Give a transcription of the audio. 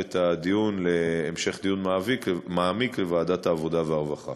את הדיון להמשך דיון מעמיק בוועדת העבודה והרווחה.